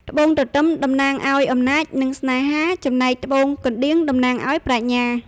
ត្បូងទទឹមតំណាងឱ្យអំណាច និងស្នេហា ចំណែកត្បូងកណ្ដៀងតំណាងឱ្យប្រាជ្ញា។